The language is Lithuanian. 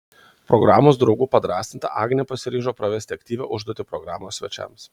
programos draugų padrąsinta agnė pasiryžo pravesti aktyvią užduotį programos svečiams